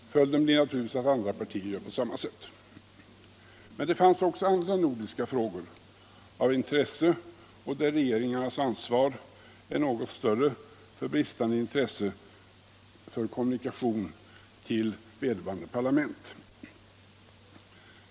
Följden blir naturligtvis att andra partier gör på samma sätt. Men det finns också andra nordiska frågor av intresse, där regeringarnas ansvar för bristande kommunikation med vederbörande parlament är något större.